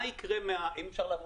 מה יקרה עקב